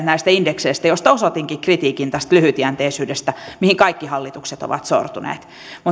näistä indekseistä joihin liittyen osoitinkin kritiikin tästä lyhytjänteisyydestä mihin kaikki hallitukset ovat sortuneet